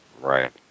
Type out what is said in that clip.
right